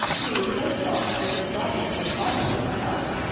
he was so plump that his body seemed almost round.